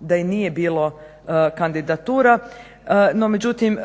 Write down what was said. da i nije bilo kandidatura. No međutim,